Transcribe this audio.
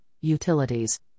utilities